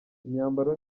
imyambaro